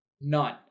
None